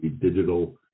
digital